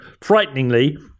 frighteningly